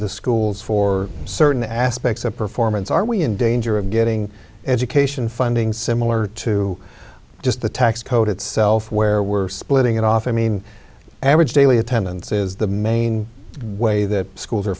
the schools for certain aspects of performance are we in danger of getting education funding similar to just the tax code itself where we're splitting it off i mean average daily attendance is the main way that schools are